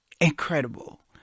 incredible